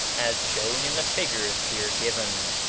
as shown in the figures here given.